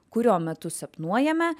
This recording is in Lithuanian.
kurio metu sapnuojame